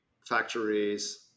factories